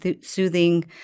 soothing